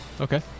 Okay